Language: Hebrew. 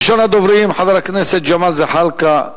ראשון הדוברים, חבר הכנסת ג'מאל זחאלקה,